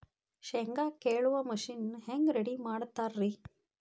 ಶೇಂಗಾ ಕೇಳುವ ಮಿಷನ್ ಹೆಂಗ್ ರೆಡಿ ಮಾಡತಾರ ರಿ?